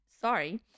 Sorry